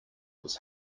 was